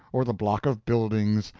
or the block of buildings,